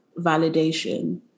validation